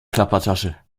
plappertasche